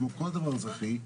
כמו כל דבר אזרחי,